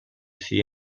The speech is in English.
see